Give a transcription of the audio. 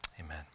Amen